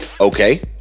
okay